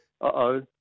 uh-oh